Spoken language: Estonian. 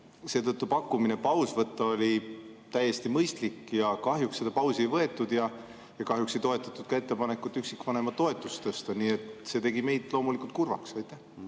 Seetõttu pakkumine paus teha oli täiesti mõistlik. Kahjuks seda pausi ei tehtud ja kahjuks ei toetatud ka ettepanekut üksikvanema toetust tõsta. See tegi meid loomulikult kurvaks. Aitäh!